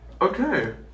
Okay